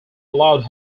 allowed